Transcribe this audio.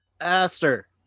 Aster